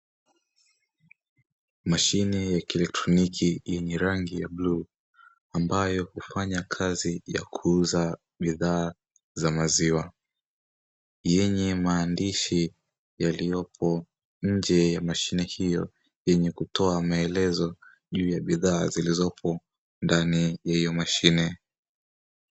Mashine ya kielektroniki yenye rangi ya bluu, ambayo hufanya kazi ya kuuza bidhaa za maziwa; yenye maandishi yaliyopo nje ya mashine hiyo yenye kutoa maelezo juu ya bidhaa zilizopo ndani ya hiyo mashine.